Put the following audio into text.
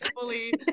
fully